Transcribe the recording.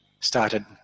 started